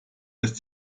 lässt